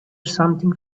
something